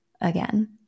Again